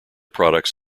products